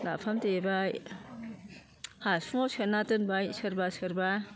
नाफाम देबाय हासुंआव सोना दोनबाय सोरबा सोरबा